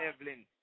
Evelyn